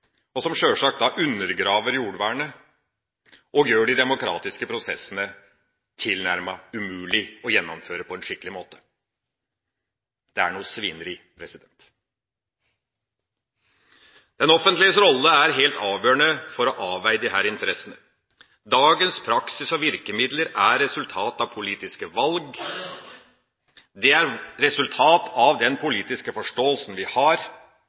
og som sjølsagt da undergraver jordvernet og gjør de demokratiske prosessene tilnærmet umulig å gjennomføre på en skikkelig måte. Det er noe svineri! Det offentliges rolle er helt avgjørende for å avveie disse interessene. Dagens praksis og virkemidler er resultat av politiske valg. Det er resultat av den politiske forståelsen vi har.